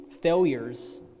failures